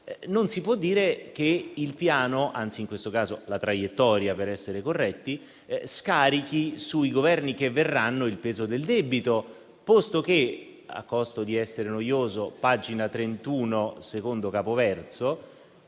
passaggio - che il Piano - anzi, in questo caso la traiettoria, per essere corretti - scarichi sui Governi che verranno il peso del debito. A costo di essere noioso, a pagina 31, secondo capoverso,